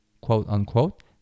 quote-unquote